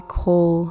call